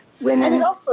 women